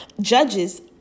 judges